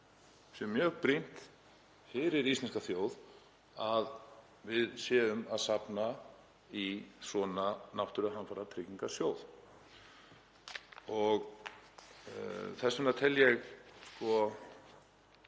sé mjög brýnt fyrir íslenska þjóð að við séum að safna í svona náttúruhamfaratryggingarsjóð. Þess vegna tel ég að